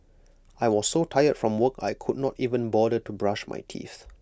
I was so tired from work I could not even bother to brush my teeth